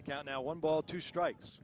account now one ball two strikes